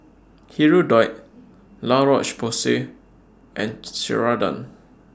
Hirudoid La Roche Porsay and Ceradan